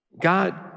God